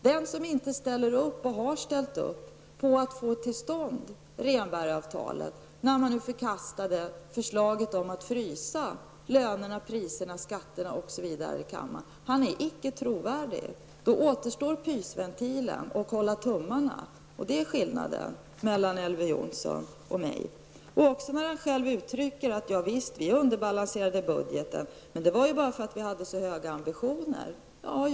Den som inte ställer upp på, och inte har ställt upp på, att få till stånd Rehnbergavtalet -- när ledamötena här i kammaren förkastat förslaget om att frysa lönerna, priserna, skatterna osv. -- är icke trovärdig. Då återstår pysventilen och att hålla tummarna. Det är skillnaden mellan Elver Jonsson och mig. ''Visst underbalanserade vi budgeten men det var ju bara därför att vi hade så höga ambitioner'', säger han själv.